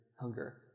hunger